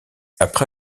après